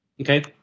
Okay